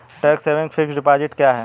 Tax saving fixed deposit क्या है?